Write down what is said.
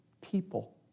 people